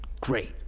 great